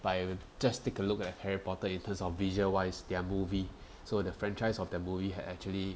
by just take a look at harry potter in terms of visual wise their movie so the franchise of their movie had actually